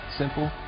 simple